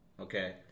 Okay